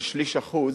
של שליש אחוז,